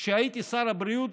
כשהייתי שר הבריאות,